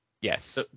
Yes